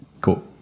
cool